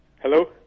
Hello